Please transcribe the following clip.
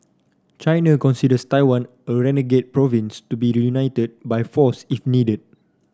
China considers Taiwan a renegade province to be reunited by force if needed